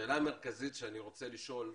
השאלה המרכזית שאני רוצה לשאול,